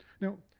now,